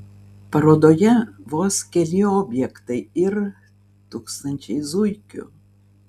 parodoje vos keli objektai ir tūkstančiai zuikių